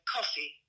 Coffee